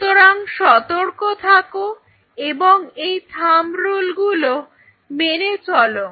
সুতরাং সতর্ক থাকো এবং এই থাম্ব রুল গুলো মেনে চলো